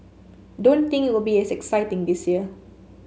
don't think it will be as exciting this year